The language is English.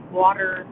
water